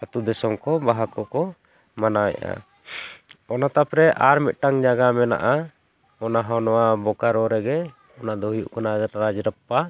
ᱟᱛᱳ ᱫᱤᱥᱚᱢ ᱠᱚ ᱵᱟᱦᱟ ᱠᱚᱠᱚ ᱢᱟᱱᱟᱣᱮᱜᱼᱟ ᱚᱱᱟ ᱛᱟᱯᱚᱨᱮ ᱟᱨ ᱢᱤᱫᱴᱟᱝ ᱡᱟᱭᱜᱟ ᱢᱮᱱᱟᱜᱼᱟ ᱚᱱᱟ ᱦᱚᱸ ᱱᱚᱣᱟ ᱵᱳᱠᱟᱨᱳ ᱨᱮᱜᱮ ᱚᱱᱟ ᱫᱚ ᱦᱩᱭᱩᱜ ᱠᱟᱱᱟ ᱨᱟᱡᱽ ᱨᱟᱯᱯᱟ